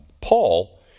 Paul